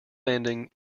landing